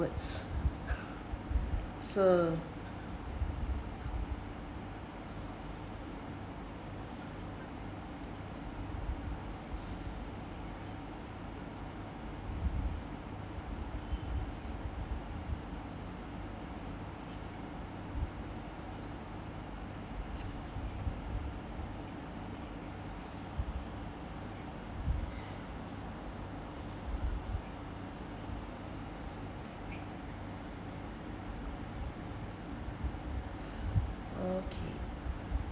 words sir okay